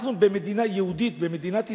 אנחנו במדינה יהודית, במדינת ישראל.